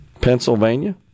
Pennsylvania